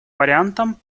вариантом